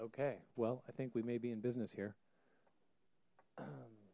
okay well i think we may be in business here